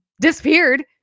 disappeared